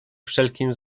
wszelkim